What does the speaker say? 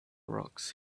rocks